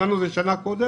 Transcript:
תכננו את זה שנה קודם